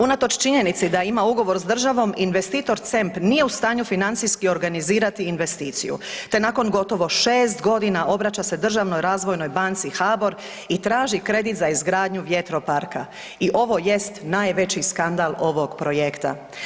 Unatoč činjenici da ima ugovor s državom, investitor CEMP nije u stanju financijski organizirati investiciju, te nakon gotovo 6.g. obraća se državnoj razvojnoj banci HBOR i traži kredit za izgradnju vjetroparka i ovo jest najveći skandal ovog projekta.